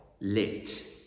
lit